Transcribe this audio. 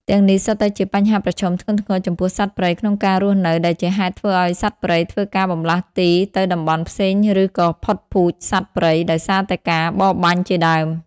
ទាំំងនេះសុទ្ធតែជាបញ្ហាប្រឈមធ្ងន់ធ្ងរចំពោះសត្វព្រៃក្នុងរស់នៅដែលជាហេតុធ្វើឲ្យសត្វព្រៃធ្វើការបន្លាស់ទីទៅតំបន់ផ្សេងឬក៏ផុតពូជសត្វព្រៃដោយសារតែការបរបាញ់ជាដើម។